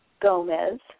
Gomez